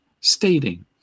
stating